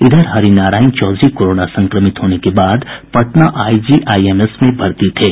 इधर हरिनारायण चौधरी कोरोना संक्रमित होने के बाद पटना आईजीआईएमएस में भर्ती थे